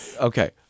Okay